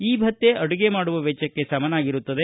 ಈ ಭತ್ತೆ ಅಡುಗೆ ಮಾಡುವ ವೆಚ್ಚಕ್ಕೆ ಸಮನಾಗಿರುತ್ತದೆ